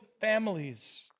families